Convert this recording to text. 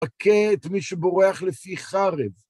הכה את מי שבורח לפי חרב.